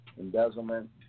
embezzlement